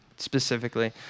Specifically